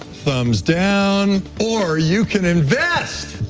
thumbs down or you can invest.